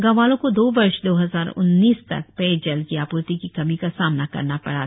गांव वालों को वर्ष दो हजार उन्नीस तक पेय जल की आपूर्ति की कमी का सामना करना पड़ा